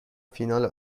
فینال